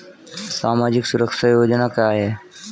सामाजिक सुरक्षा योजना क्या है?